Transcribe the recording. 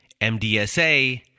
MDSA